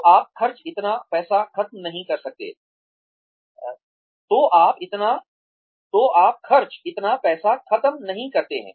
तो आप खर्च इतना पैसा खत्म नहीं करते हैं